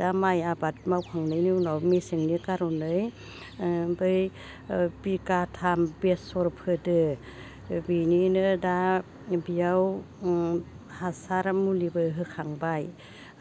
दा माइ आबाद मावखांनायनि उनाव मेसेंनि खार'नै ओमफाय ओ बिगाथाम बेसर फोदो बिनिनो दा बियाव उम हासार मुलिबो होखांबाय